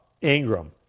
Ingram